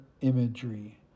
imagery